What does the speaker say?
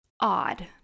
odd